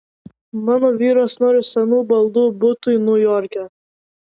mano vyras nori senų baldų butui niujorke